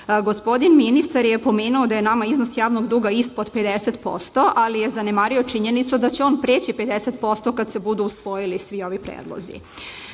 Srbije. Gospodin ministar je pomenuo da je nama iznos javnog duga ispod 50%, ali je zanemario činjenicu da će on preći 50% kad se budu usvojili svi ovi predlozi. Ja